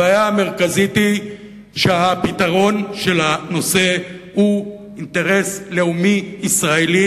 הבעיה המרכזית היא שהפתרון של הנושא הוא אינטרס לאומי ישראלי,